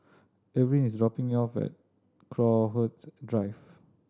Erving is dropping me off at Crowhurst Drive